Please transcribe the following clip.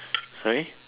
sorry